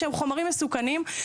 שהם חומרים מסוכנים.